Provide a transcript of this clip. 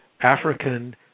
African